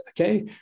Okay